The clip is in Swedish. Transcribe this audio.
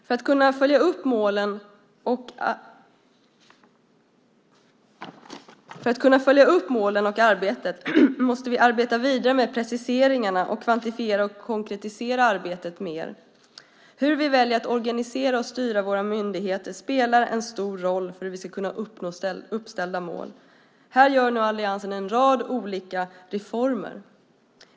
För att kunna följa upp målen och arbetet måste vi arbeta vidare med preciseringarna och kvantifiera och konkretisera arbetet mer. Hur vi väljer att organisera och styra våra myndigheter spelar en stor roll för hur vi ska kunna nå uppställda mål. Alliansen gör här en rad olika reformer.